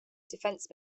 defence